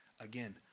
again